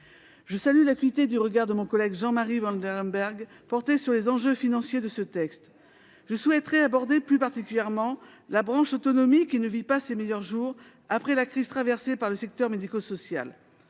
je salue l'acuité du regard que mon collègue Jean-Marie Vanlerenberghe porte sur les enjeux financiers de ce PLFSS. Je souhaite aborder plus particulièrement la branche autonomie, qui ne vit pas ses meilleurs jours après la crise traversée par le secteur médico-social.